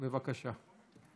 בבקשה.